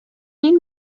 این